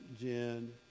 Jen